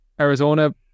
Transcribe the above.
Arizona